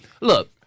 look